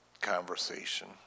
conversation